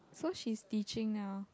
so she's teaching now